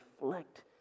reflect